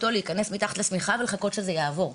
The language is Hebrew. להיכנס אתו מתחת לשמחה ולחבק אותו עד שזה יעבור.